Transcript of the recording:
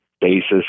basis